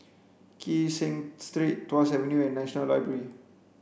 Kee Seng Street Tuas Avenue and National Library